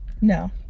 No